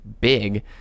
big